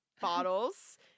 bottles